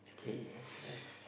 okay